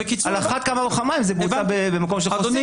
על אחת כמה וכמה אם זה בוצע במקום של חוסים.